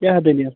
کیاہ دلیٖل